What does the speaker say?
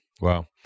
Wow